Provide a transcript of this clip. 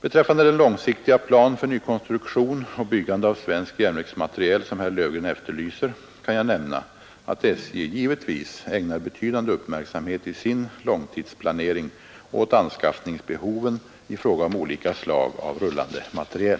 Beträffande den långsiktiga plan för nykonstruktion och byggande av svensk järnvägsmateriel som herr Löfgren efterlyser kan jag nämna att SJ givetvis ägnar betydande uppmärksamhet i sin långtidsplanering åt anskaffningsbehoven i fråga om olika slag av rullande materiel.